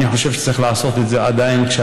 אני חושב שצריך לעשות את זה כשהתלמידים